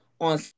on